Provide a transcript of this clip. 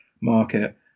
market